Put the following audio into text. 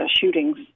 shootings